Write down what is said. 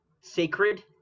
sacred